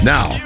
Now